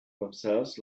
themselves